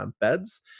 Beds